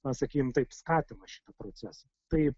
na sakykim taip skatina šitą procesą tai